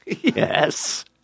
Yes